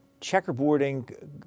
checkerboarding